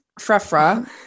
frefra